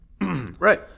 Right